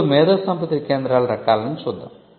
ఇప్పుడు మేధోసంపత్తి కేంద్రాల రకాలను చూద్దాం